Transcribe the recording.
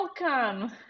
Welcome